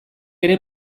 ere